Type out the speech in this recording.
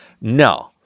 No